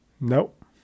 Nope